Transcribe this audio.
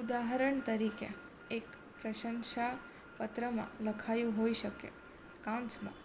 ઉદાહરણ તરીકે એક પ્રશંસાપત્રમાં લખાયું હોઇ શકે કૌંસમાં